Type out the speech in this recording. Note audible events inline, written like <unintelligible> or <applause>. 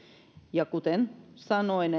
ja kuten sanoin <unintelligible>